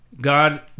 God